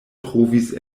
trovis